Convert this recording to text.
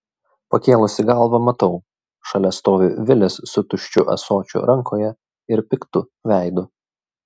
pakėlusi galvą matau šalia stovi vilis su tuščiu ąsočiu rankoje ir piktu veidu